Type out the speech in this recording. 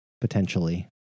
potentially